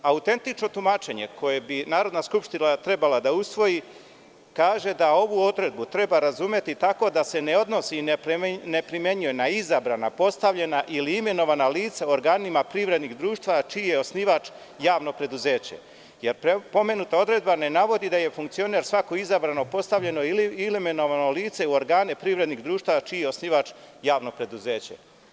Autentično tumačenje, koje bi Narodna skupština trebala da usvoji, kaže da ovu odredbu treba razumeti tako da se ne odnosi i ne primenjuje na izabrana, postavljena ili imenovana lica u organima privrednih društava, čiji je osnivač javno preduzeće, jer pomenuta odredba ne navodi da je funkcioner svako izabrano, postavljeno ili imenovano lice u organe privrednih društava, čiji je osnivač javno preduzeće.